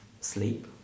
sleep